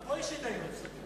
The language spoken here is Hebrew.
יואל, גם פה יש התדיינות סיעתית.